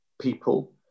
people